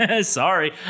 Sorry